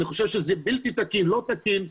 אני חושב שזה בלתי תקין, לא תקין.